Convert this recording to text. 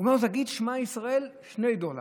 הוא אומר לו: תגיד שמע ישראל, שני דולר.